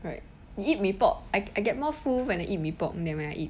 right you eat mee pok I get more full when you eat mee pok then I eat